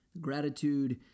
Gratitude